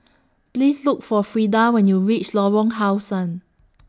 Please Look For Frida when YOU REACH Lorong How Sun